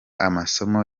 amasomo